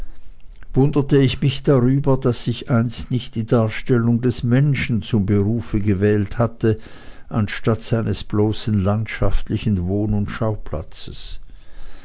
wunderte ich mich darüber daß ich einst nicht die darstellung des menschen zum berufe gewählt hatte anstatt seines bloßen landschaftlichen wohn und